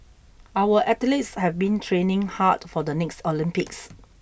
our athletes have been training hard for the next Olympics